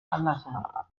anlasser